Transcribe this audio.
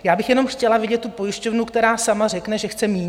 Já bych jenom chtěla vidět tu pojišťovnu, která sama řekne, že chce míň.